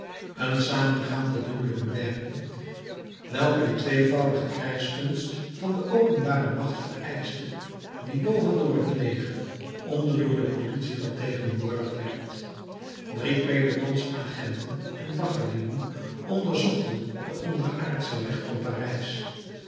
een samengaande dubbele bewerking welke de tweevoudige krijgskunst van de openbare macht vereischte die boven door het leger onder door de politie vertegenwoordigd werd drie pelotons agenten en baggerlieden onderzochten den onderaardschen weg van parijs